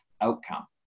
outcome